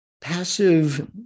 passive